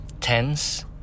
tense